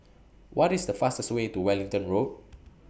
What IS The fastest Way to Wellington Road